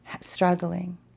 struggling